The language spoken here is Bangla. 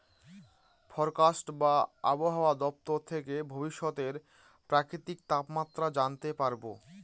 ফরকাস্ট বা আবহাওয়া দপ্তর থেকে ভবিষ্যতের প্রাকৃতিক তাপমাত্রা জানতে পারবো